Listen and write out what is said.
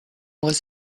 was